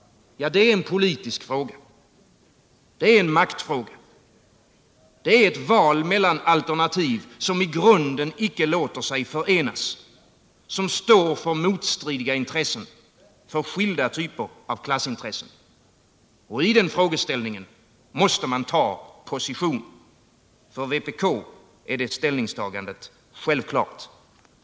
Ja, det är en politisk fråga, det är en maktfråga. Det är ett val mellan alternativ som i grunden icke låter sig förenas, som står för motstridiga intressen, för skilda typer av klassintressen. Här måste man ta ställning. För vpk är det ställningstagandet självklart.